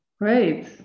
Great